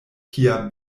kia